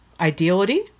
Ideality